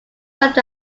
such